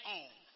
on